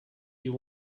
you